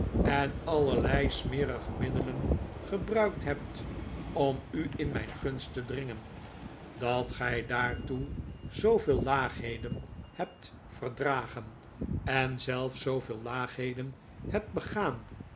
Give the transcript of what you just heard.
en allerlei smerige middelen gebruikt hebt om u in mijn gunst te dringen dat gij daartoe zooveel laagheden hebt verdragen en zelf zooveel laagheden hebt begaan